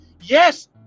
yes